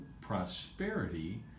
prosperity